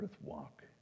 walk